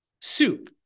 soup